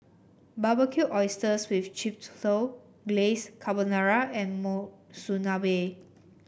Barbecued Oysters with Chipotle Glaze Carbonara and Monsunabe